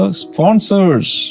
sponsors